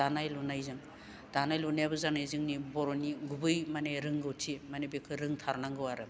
दानाय लुनाय जों दानाय लुनायाबो जोंनि बर'नि गुबै माने रोंगौथि माने बेखो रोंथारनांगौ आरो